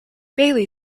bailey